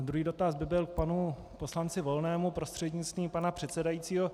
Druhý dotaz by byl k panu poslanci Volnému prostřednictvím pana předsedajícího.